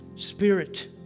Spirit